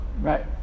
Right